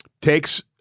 takes